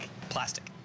Plastic